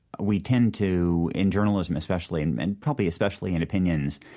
we tend to, in journalism especially and um and probably especially in opinions,